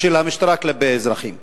של המשטרה כלפי האזרחים.